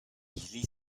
źli